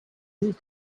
not